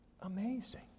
Amazing